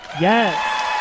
Yes